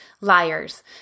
liars